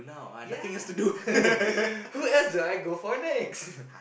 ya who else will I go for next